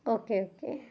okay okay